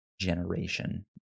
Generation